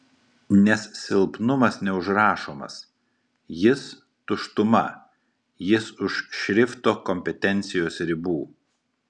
nes silpnumas neužrašomas jis tuštuma jis už šrifto kompetencijos ribų